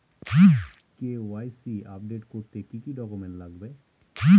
KYC update করতে কি কি ডকুমেন্টস লাগবে?